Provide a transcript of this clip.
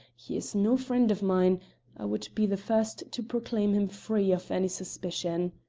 he is no friend of mine, i would be the first to proclaim him free of any suspicion.